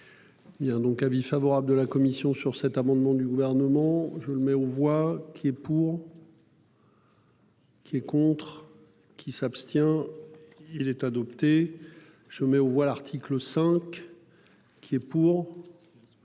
Bien, donc avis favorable de la commission sur cet amendement du gouvernement je le mets aux voix qui est pour.-- Qui est contre qui s'abstient. Il est adopté. Je mets aux voix l'article 5. Qui est pour.